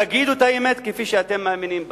תגידו את האמת כפי שאתם מאמינים בה,